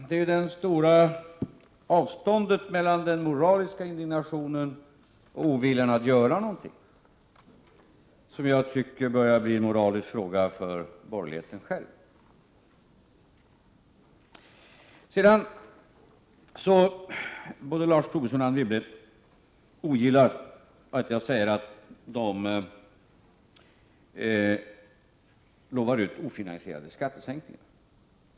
Det är det stora avståndet mellan den moraliska indignationen och viljan att göra någonting som jag tycker börjar bli en moralisk fråga för borgerligheten själv. Både Lars Tobisson och Anne Wibble ogillar att jag säger att de utlovar ofinansierade skattesänkningar.